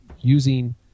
using